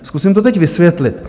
Zkusím to teď vysvětlit.